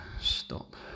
stop